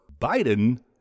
Biden